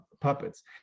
puppets